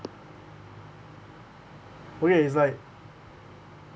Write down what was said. okay it's like